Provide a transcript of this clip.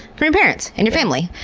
from your parents and your family.